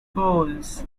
poles